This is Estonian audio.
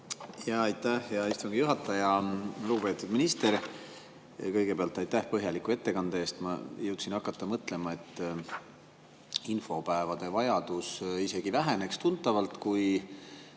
Aitäh, hea istungi juhataja! Lugupeetud minister, kõigepealt aitäh põhjaliku ettekande eest! Ma jõudsin hakata mõtlema, et infopäevade vajadus isegi väheneks tuntavalt, kui